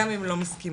גם אם לא מסכימים.